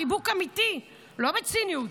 חיבוק אמיתי, לא בציניות,